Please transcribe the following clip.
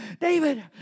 David